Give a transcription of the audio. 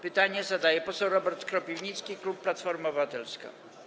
Pytanie zadaje poseł Robert Kropiwnicki, klub Platforma Obywatelska.